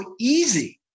easy